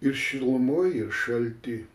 ir šilumoj ir šalty